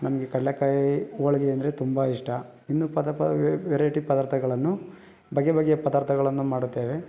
ನಮಗೆ ಕಡಲೆಕಾಯಿ ಹೋಳ್ಗೆ ಅಂದರೆ ತುಂಬ ಇಷ್ಟ ಇನ್ನೂ ಪದಪ ವೈರೈಟಿ ಪದಾರ್ಥಗಳನ್ನು ಬಗೆ ಬಗೆಯ ಪದಾರ್ಥಗಳನ್ನು ಮಾಡುತ್ತೇವೆ